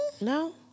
No